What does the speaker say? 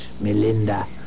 Melinda